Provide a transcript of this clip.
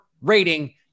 rating